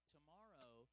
Tomorrow